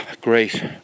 great